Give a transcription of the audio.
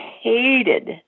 hated